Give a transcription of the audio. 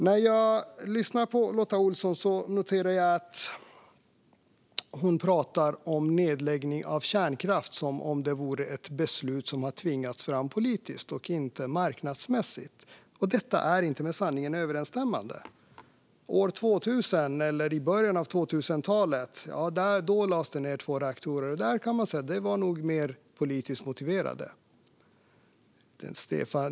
När jag lyssnar på Lotta Olsson noterar jag att hon talar om nedläggning av kärnkraften som om det skulle vara ett beslut som har tvingats fram politiskt och inte på grund av marknadsmässighet. Det är inte med sanningen överensstämmande. År 2000 eller i början av 2000-talet stängdes två reaktorer. Det kan nog sägas var mer politiskt motiverat.